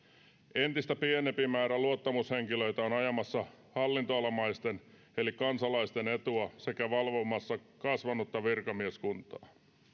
entistä pienempi määrä luottamushenkilöitä on ajamassa hallintoalamaisten eli kansalaisten etua sekä valvomassa kasvanutta virkamieskuntaa